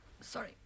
Sorry